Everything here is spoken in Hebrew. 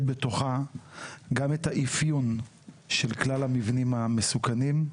בתוכה גם את האפיון של כלל המבנים המסוכנים,